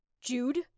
Jude